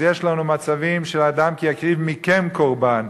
אז יש לנו מצבים של אדם כי יקריב מכם קרבן,